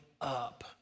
up